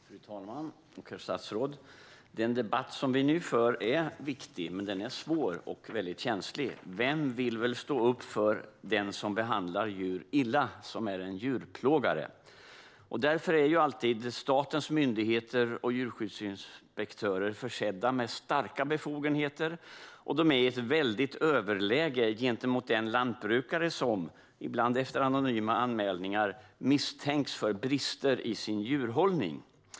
Fru talman och herr statsråd! Den debatt vi nu för är viktig, men den är svår och väldigt känslig. Vem vill väl stå upp för den som behandlar djur illa och som är en djurplågare? Därför är alltid statens myndigheter och djurskyddsinspektörer försedda med starka befogenheter, och de är i ett väldigt överläge gentemot den lantbrukare som, ibland efter anonyma anmälningar, misstänks för brister i sin djurhållning.